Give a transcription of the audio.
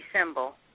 symbol